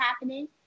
happening